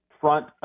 front